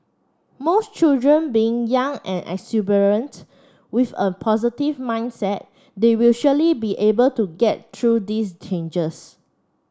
most children being young and exuberant with a positive mindset they will surely be able to get through these changes